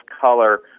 color